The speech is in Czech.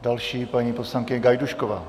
Další, paní poslankyně Gajdůšková.